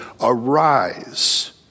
Arise